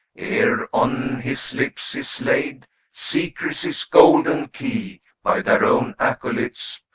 ere on his lips is laid secrecy's golden key by their own acolytes,